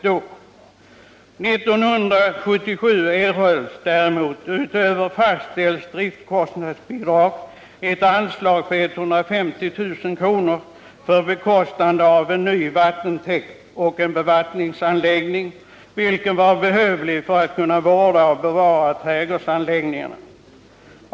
1977 erhölls däremot utöver fastställt driftkostnadsbidrag ett anslag på 150 000 kr. för bekostande av en ny vattentäkt och en bevattningsanläggning, vilken var behövlig för att kunna vårda och bevara trädgårdsanläggningarna.